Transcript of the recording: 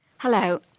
Hello